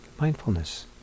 mindfulness